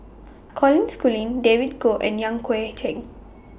Colin Schooling David Kwo and Yan Hui Chang